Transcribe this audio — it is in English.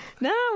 No